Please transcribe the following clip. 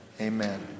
Amen